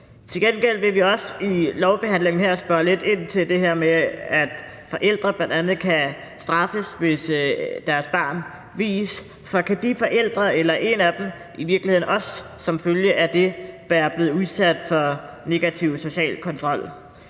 Til gengæld vil vi også i lovbehandlingen her spørge lidt ind til det her med, at forældre bl.a. kan straffes, hvis deres barn vies, for de forældre eller en af dem kan i virkeligheden også som følge af det være blevet udsat for negativ social kontrol.